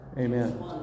Amen